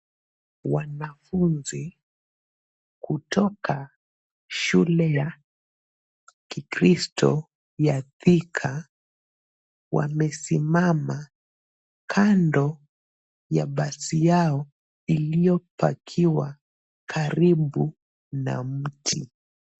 Wanafunzi kutoka shule ya Kikristo ya Thika, wamesimama kando ya basi yao iliyopakiwa karibu na mti.